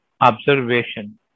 observation